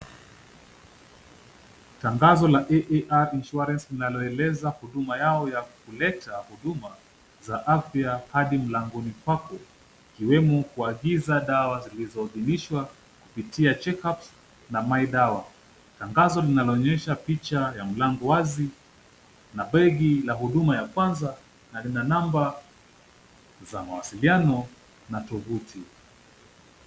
Tangazo la AAR Insurance linaloeleza huduma yao ya kuleta huduma za afya hadi mlangoni pako, ikiwemo kuagiza dawa zilizoidhinishwa kupitia checkups na MyDawa. Tangazo linaloonyesha picha ya mlango wazi na begi la huduma ya kwanza na lina namba za mawasiliano na tuvuti.